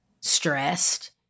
stressed